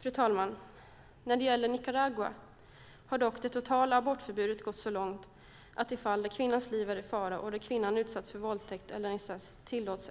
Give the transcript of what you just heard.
Fru talman! När det gäller Nicaragua har dock det totala abortförbudet gått så långt att även i fall där kvinnans liv är i fara eller fall där kvinnan har utsatts för våldtäkt eller incest abort inte tillåts.